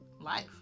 life